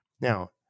now